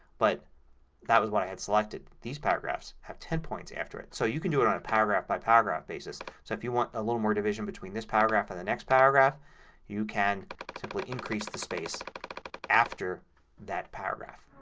but that was what i had selected. these paragraphs have ten points after it. so you can do it on a paragraph by paragraph basis. so if you want a little more division between this paragraph and the next paragraph you can simply increase the space after that paragraph.